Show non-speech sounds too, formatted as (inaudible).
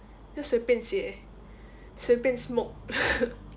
just 随便写随便 smoke (laughs)